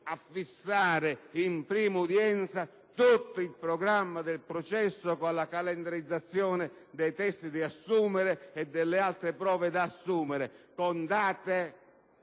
della prima udienza tutto il programma del processo con la calendarizzazione delle testimonianze e delle altre prove da assumere, con date